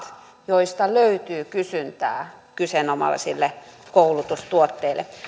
joista löytyy kysyntää kyseenomaisille koulutustuotteille